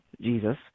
Jesus